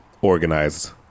organized